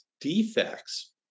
defects